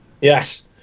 Yes